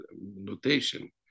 notation